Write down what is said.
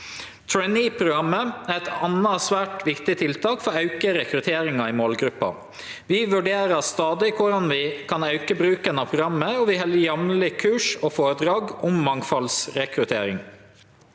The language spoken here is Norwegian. Traineeprogrammet er eit anna svært viktig tiltak for å auke rekrutteringa i målgruppa. Vi vurderer stadig korleis vi kan auke bruken av programmet, og vi held jamleg kurs og foredrag om mangfaldsrekruttering.